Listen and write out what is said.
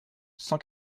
cent